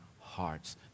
hearts